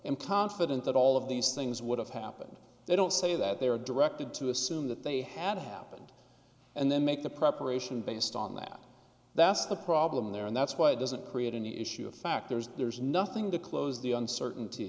i'm confident that all of these things would have happened they don't say that they were directed to assume that they had happened and then make the preparation based on that that's the problem there and that's why it doesn't create any issue of fact there's there's nothing to close the uncertaint